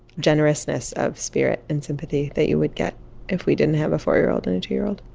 generousness of spirit and sympathy that you would get if we didn't have a four year old and a two year old